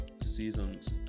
seasons